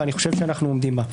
ואני חושב שאנחנו עומדים בה.